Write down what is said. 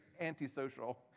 antisocial